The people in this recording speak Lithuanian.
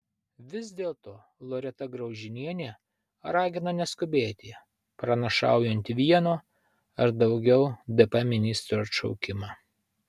vis dėlto loreta graužinienė ragina neskubėti pranašaujant vieno ar daugiau dp ministrų atšaukimą